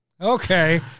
Okay